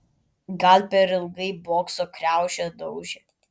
gal per ilgai bokso kriaušę daužė